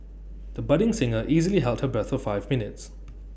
the budding singer easily held her breath for five minutes